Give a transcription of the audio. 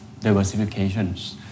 diversifications